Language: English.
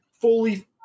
fully